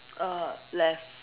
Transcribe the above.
uh left